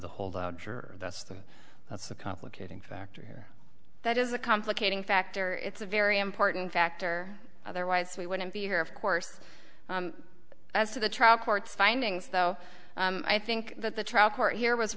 juror that's the that's the complicating factor here that is a complicating factor it's a very important factor otherwise we wouldn't be here of course as to the trial court's findings though i think that the trial court here was